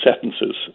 sentences